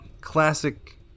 classic